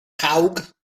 cawg